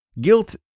Guilt